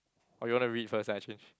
or you want to read first then I change